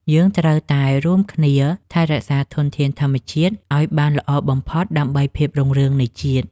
យើងត្រូវតែរួមគ្នាថែរក្សាធនធានធម្មជាតិឱ្យបានល្អបំផុតដើម្បីភាពរុងរឿងនៃជាតិ។